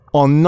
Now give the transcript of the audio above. on